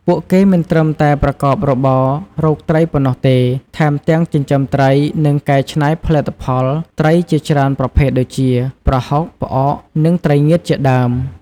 ពួកគេមិនត្រឹមតែប្រកបរបររកត្រីប៉ុណ្ណោះទេ ថែមទាំងចិញ្ចឹមត្រី និងកែច្នៃផលិតផលត្រីជាច្រើនប្រភេទដូចជា ប្រហុក ផ្អក និងត្រីងៀតជាដើម។